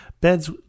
beds